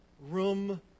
room